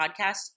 podcast